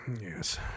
Yes